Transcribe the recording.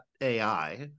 AI